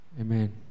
amen